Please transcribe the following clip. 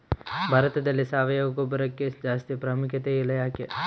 ಭಾರತದಲ್ಲಿ ಸಾವಯವ ಗೊಬ್ಬರಕ್ಕೆ ಜಾಸ್ತಿ ಪ್ರಾಮುಖ್ಯತೆ ಇಲ್ಲ ಯಾಕೆ?